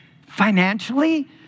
financially